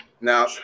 now